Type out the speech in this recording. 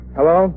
Hello